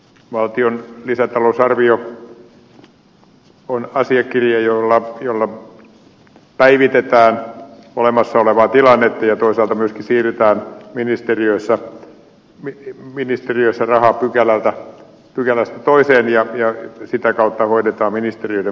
valtion lisätalousarvio on asiakirja jolla päivitetään olemassa olevaa tilannetta ja toisaalta myöskin siirretään ministeriöissä rahaa pykälästä toiseen ja sitä kautta hoidetaan ministeriöiden maksuvalmiutta